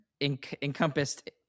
encompassed